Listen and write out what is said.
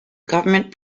government